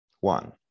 one